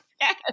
Yes